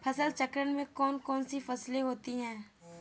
फसल चक्रण में कौन कौन सी फसलें होती हैं?